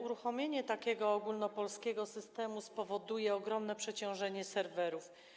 Uruchomienie takiego ogólnopolskiego systemu spowoduje ogromne przeciążenie serwerów.